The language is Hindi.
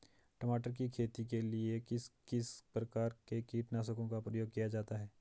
टमाटर की खेती के लिए किस किस प्रकार के कीटनाशकों का प्रयोग किया जाता है?